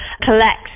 collect